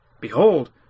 Behold